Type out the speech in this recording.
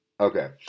Okay